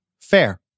Fair